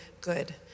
good